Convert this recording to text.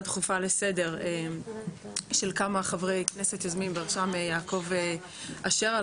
דחופה לסדר של כמה חברי כנסת יוזמים בראשם יעקב אשר,